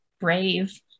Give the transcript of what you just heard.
brave